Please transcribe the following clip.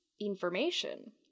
information